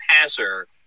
passer